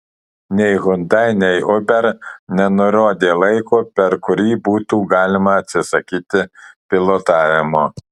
nei hyundai nei uber nenurodė laiko per kurį būtų galima atsisakyti pilotavimo